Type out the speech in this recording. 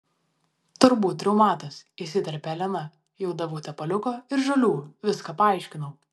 turbūt reumatas įsiterpė elena jau daviau tepaliuko ir žolių viską paaiškinau